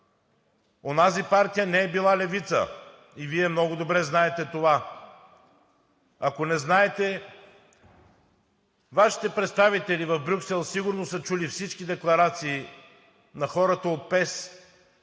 Онази партия не е била левица и Вие много добре знаете това. Ако не знаете, Вашите представители в Брюксел сигурно са чули всички декларации на хората от ПЕС